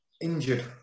injured